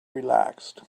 relaxed